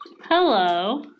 hello